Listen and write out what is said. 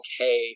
okay